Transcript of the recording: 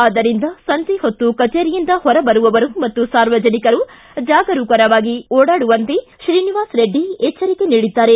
ಆದ್ದರಿಂದ ಸಂಜೆ ಹೊತ್ತು ಕಚೇರಿಯಿಂದ ಹೊರಬರುವವರು ಮತ್ತು ಸಾರ್ವಜನಿಕರು ಜಾಗರೂಕರಾಗಿ ಓಡಾಡುವಂತೆ ಶ್ರೀನಿವಾಸ್ ರೆಡ್ಡಿ ಎಚ್ಚರಿಕೆ ನೀಡಿದ್ದಾರೆ